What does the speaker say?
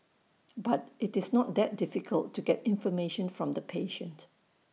but IT is not that difficult to get information from the patient